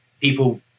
people